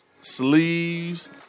sleeves